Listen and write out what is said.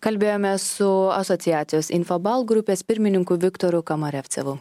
kalbėjomės su asociacijos infobalt grupės pirmininku viktoru kamarevcevu